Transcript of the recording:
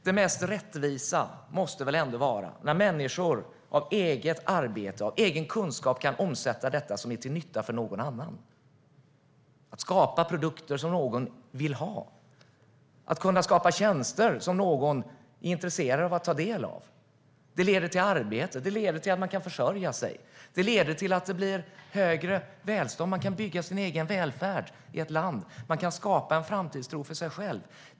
Det mest rättvisa måste väl ändå vara när människor kan omsätta eget arbete och egen kunskap till nytta för någon annan. Att skapa produkter som någon vill ha och tjänster som någon är intresserad av att ta del av leder till arbete, till att man kan försörja sig och till större välstånd. Man kan bygga sin egen välfärd i ett land, och man kan skapa en framtidstro för sig själv.